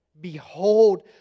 Behold